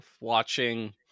watching